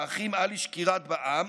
האחים עלי שקיראת בע"מ,